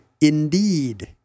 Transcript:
Indeed